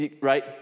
Right